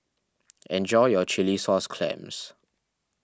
enjoy your Chilli Sauce Clams